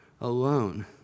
alone